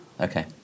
Okay